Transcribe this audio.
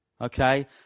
okay